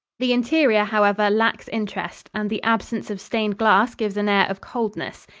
the interior, however, lacks interest, and the absence of stained glass gives an air of coldness.